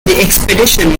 expedition